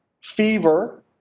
fever